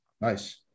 Nice